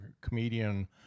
comedian